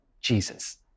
Jesus